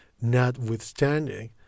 notwithstanding